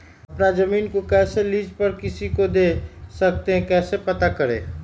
अपना जमीन को कैसे लीज पर किसी को दे सकते है कैसे पता करें?